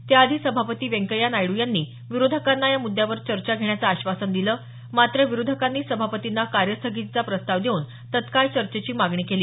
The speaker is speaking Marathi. त्याआधी सभापती व्यंकय्या नायड्र यांनी विरोधकांना या म्द्यावर चर्चा घेण्याचं आश्वासन दिलं मात्र विरोधकांनी सभापतींना कार्य स्थगितीचा प्रस्ताव देऊन तत्काळ चर्चेची मागणी केली